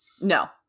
No